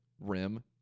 rim